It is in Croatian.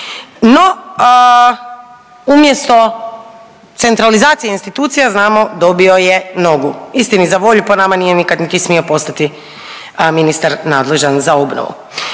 no umjesto centralizacija institucija znamo dobio je nogu. Istini za volju po nama nije nikad niti smio postati ministar nadležan za obnovu.